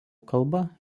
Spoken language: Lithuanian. kalba